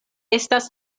estas